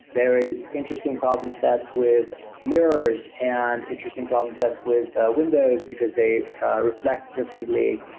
there is interesting problem sets with mirrors and interesting problem sets with windows, because they reflect differently.